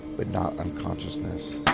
but not unconsciousness.